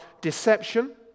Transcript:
deception